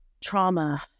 trauma